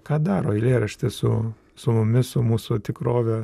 ką daro eilėraštis su su mumis su mūsų tikrovė